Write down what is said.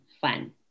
fun